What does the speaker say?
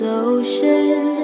ocean